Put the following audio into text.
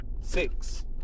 six